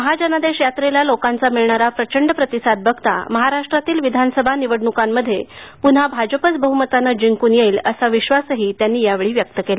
महाजनादेश यात्रेला लोकांचा मिळणारा प्रचंड प्रतिसाद बघता महाराष्ट्रातील विधानसभा निवडणुकांमध्ये पुन्हा भाजपच बहुमतानं जिंकून येईल असा विश्वासही त्यांनी या वेळी व्यक्त केला